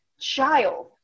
child